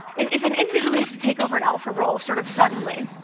if if an individual needs to take over an alpha role sort of suddenly,